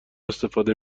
استفاده